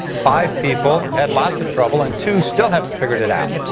five people had lots of trouble and two still haven't figured it out.